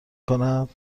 کند